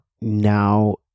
now